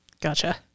Gotcha